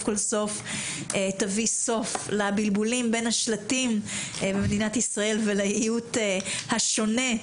כל סוף תביא סוף לבלבולים בין השלטים במדינת ישראל ולאיות השונה,